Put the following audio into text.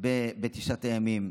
בתשעת הימים,